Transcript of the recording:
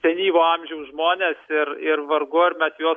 senyvo amžiaus žmonės ir ir vargu ar mes juos